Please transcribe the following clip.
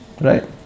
right